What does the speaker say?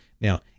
Now